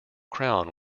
crown